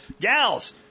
gals